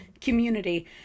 community